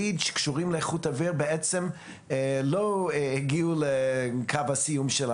LEEDשקשורים לאיכות אוויר בעצם לא הגיעו לקו הסיום של